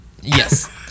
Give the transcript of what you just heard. Yes